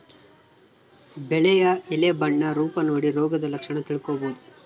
ಬೆಳೆಯ ಎಲೆ ಬಣ್ಣ ರೂಪ ನೋಡಿ ರೋಗದ ಲಕ್ಷಣ ತಿಳ್ಕೋಬೋದು